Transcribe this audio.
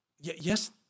Yes